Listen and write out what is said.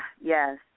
Yes